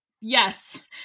yes